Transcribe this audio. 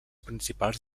principals